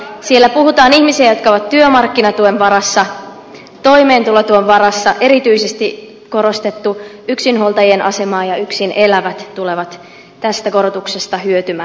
siellä puhutaan ihmisistä jotka ovat työmarkkinatuen varassa toimeentulotuen varassa erityisesti on korostettu yksinhuoltajien asemaa ja yksin elävät tulevat tästä korotuksesta hyötymään